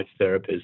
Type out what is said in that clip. therapists